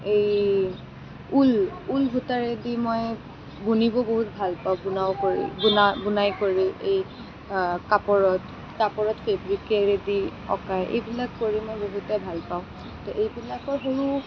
এই wool wool সূতাৰেদি মই বুনিব বহুত ভাল পাওঁ বুনাই কৰি বুনাই কৰি এই কাপোৰত কাপোৰত ফ্ৰেব্ৰিকেৰেদি অঁকা এইবিলাক কৰি মই বহুতেই ভাল পাওঁ তো এইবিলাকৰ সৰু